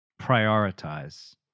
prioritize